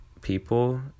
people